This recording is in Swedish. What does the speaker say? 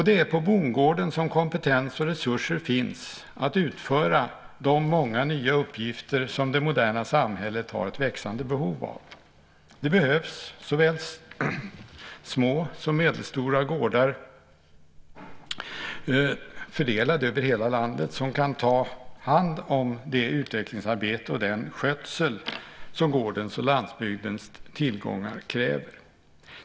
Det är på bondgården som kompetens och resurser finns att utföra de många nya uppgifter som det moderna samhället har ett växande behov av. Det behövs såväl små som medelstora gårdar fördelade över hela landet som kan ta hand om det utvecklingsarbete och den skötsel som gårdens och lantbrukets tillgångar kräver.